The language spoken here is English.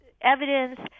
evidence